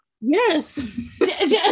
Yes